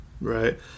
right